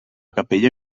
capella